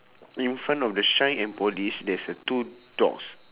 in front of the shine and polish there's a two doors